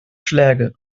schläge